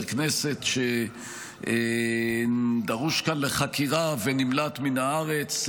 כנסת שדרוש כאן לחקירה ונמלט מן הארץ,